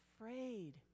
afraid